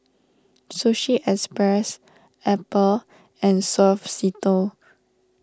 Sushi Express Apple and Suavecito